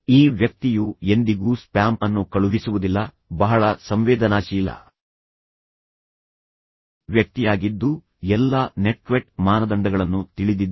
ಈ ವ್ಯಕ್ತಿಯು ಎಂದಿಗೂ ಸ್ಪ್ಯಾಮ್ ಅನ್ನು ಕಳುಹಿಸುವುದಿಲ್ಲ ಬಹಳ ಸಂವೇದನಾಶೀಲ ವ್ಯಕ್ತಿಯಾಗಿದ್ದು ಎಲ್ಲಾ ನೆಟ್ಕ್ವೆಟ್ ಮಾನದಂಡಗಳನ್ನು ತಿಳಿದಿದ್ದಾನೆ